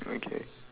okay